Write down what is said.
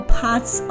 parts